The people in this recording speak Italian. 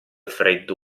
freddo